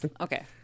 Okay